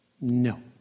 No